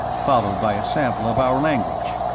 followed by a sample of our language.